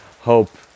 hope